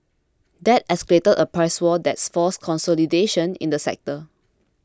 that escalated a price war that's forced consolidation in the sector